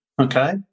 Okay